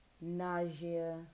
nausea